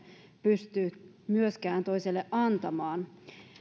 pysty myöskään toiselle antamaan